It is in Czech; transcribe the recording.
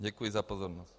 Děkuji za pozornost.